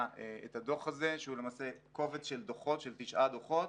את הדוח הזה שהוא למעשה כובד של תשעה דוחות.